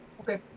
okay